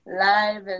live